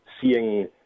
seeing